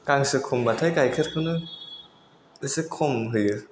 गांसो खम बाथाय गाइखेरखौनो एसे खम होयो